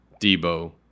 Debo